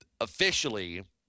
officially